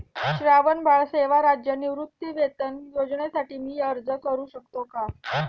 श्रावणबाळ सेवा राज्य निवृत्तीवेतन योजनेसाठी मी अर्ज करू शकतो का?